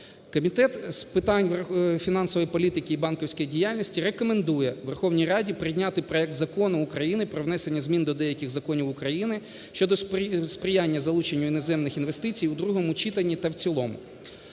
Комітет з питань фінансової політики і банківської діяльності рекомендує Верховній Раді прийняти проект Закону України про внесення змін до деяких законів України щодо сприяння залученню іноземних інвестицій в другому читанні та в цілому.